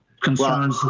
concerns,